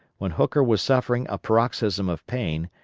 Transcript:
when hooker was suffering a paroxysm of pain,